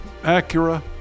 Acura